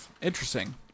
Interesting